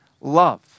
love